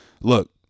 Look